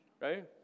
Right